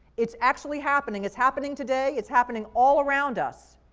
it's actually happening. it's happening today. it's happening all around us.